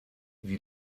wie